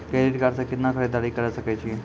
Credit card से कितना के खरीददारी करे सकय छियै?